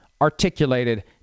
articulated